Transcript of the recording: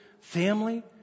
family